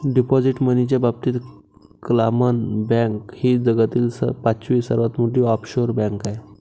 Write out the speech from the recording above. deposit मनीच्या बाबतीत क्लामन बँक ही जगातील पाचवी सर्वात मोठी ऑफशोअर बँक आहे